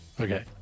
Okay